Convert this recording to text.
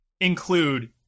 include